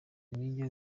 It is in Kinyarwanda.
niryo